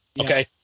okay